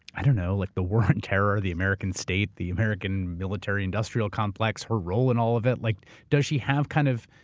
i don't know, like the war on terror, the american state, the american military industrial complex, her role in all of it? like does she have kind of.